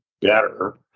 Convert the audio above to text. better